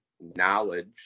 knowledge